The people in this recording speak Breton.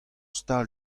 stal